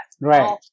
Right